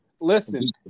Listen